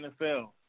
NFL